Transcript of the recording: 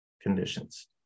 conditions